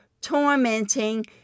tormenting